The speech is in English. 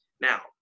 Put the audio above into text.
Now